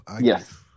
yes